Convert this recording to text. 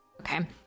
Okay